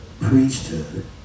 priesthood